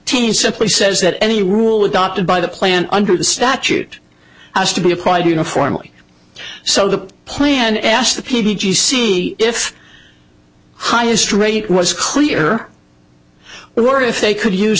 teams simply says that any rule adopted by the plan under the statute has to be applied uniformly so the plan asked the p g see if highest rate was clear were if they could use